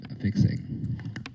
fixing